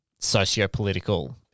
sociopolitical